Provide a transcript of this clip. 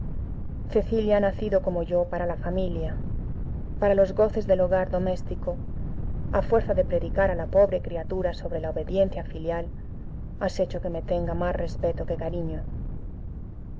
cecilia ha nacido como yo para la familia para los goces del hogar doméstico a fuerza de predicar a la pobre criatura sobre la obediencia filial has hecho que me tenga más respeto que cariño